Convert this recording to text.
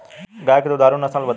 गाय के दुधारू नसल बताई?